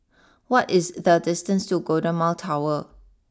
what is the distance to Golden Mile Tower